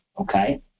okay